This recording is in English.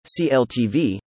CLTV